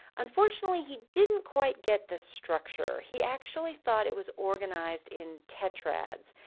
unfortunately, he didn't quite get the structure. he actually thought it was organized in tetrades.